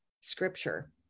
scripture